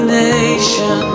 nation